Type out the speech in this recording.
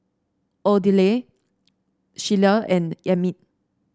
Odile Sheila and Emit